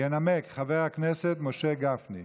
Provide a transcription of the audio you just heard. ינמק חבר הכנסת משה גפני,